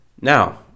Now